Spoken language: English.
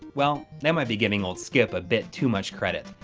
well, that might be giving old skip a bit too much credit.